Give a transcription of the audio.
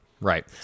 Right